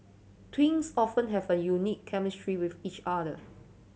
twins often have a unique chemistry with each other